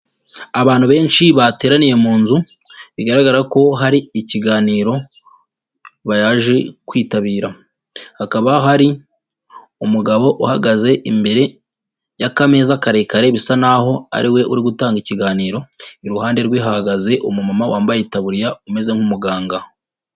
Abantu benshi bateraniye mu nzu, bigaragara ko hari ikiganiro baje kwitabira, hakaba hari umugabo uhagaze imbere y'akameza karekare, bisa naho ariwe uri gutanga ikiganiro, iruhande rwe hahagaze umumama wambaye itariyaburiya umeze nk'umuganga.